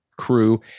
crew